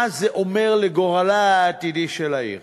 מה זה אומר על גורלה העתידי של העיר.